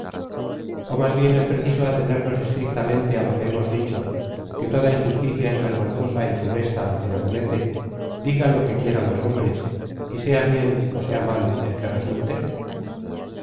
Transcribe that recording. ello o más bien es preciso atenernos estrictamente á lo que hemos dicho que toda injusticia es vergonzosa y funesta al que la comete digan lo que quiera los hombres y sea bien ó sea mal el que resulte